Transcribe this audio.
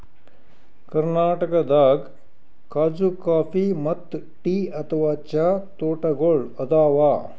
ಕರ್ನಾಟಕದಾಗ್ ಖಾಜೂ ಕಾಫಿ ಮತ್ತ್ ಟೀ ಅಥವಾ ಚಹಾ ತೋಟಗೋಳ್ ಅದಾವ